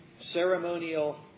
ceremonial